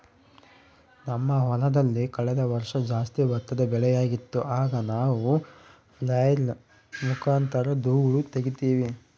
ನಮ್ಮ ಹೊಲದಲ್ಲಿ ಕಳೆದ ವರ್ಷ ಜಾಸ್ತಿ ಭತ್ತದ ಬೆಳೆಯಾಗಿತ್ತು, ಆಗ ನಾವು ಫ್ಲ್ಯಾಯ್ಲ್ ಮುಖಾಂತರ ಧೂಳು ತಗೀತಿವಿ